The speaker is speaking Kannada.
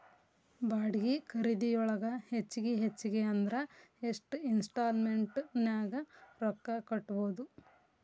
ಬಾಡ್ಗಿ ಖರಿದಿಯೊಳಗ ಹೆಚ್ಗಿ ಹೆಚ್ಗಿ ಅಂದ್ರ ಯೆಷ್ಟ್ ಇನ್ಸ್ಟಾಲ್ಮೆನ್ಟ್ ನ್ಯಾಗ್ ರೊಕ್ಕಾ ಕಟ್ಬೊದು?